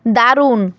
দারুণ